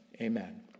Amen